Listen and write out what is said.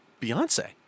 Beyonce